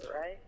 right